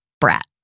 brat